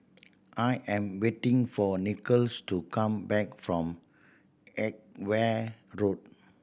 I am waiting for Nicolas to come back from Edgware Road